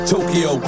Tokyo